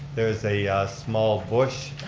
there is a small bush,